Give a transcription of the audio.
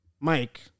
mike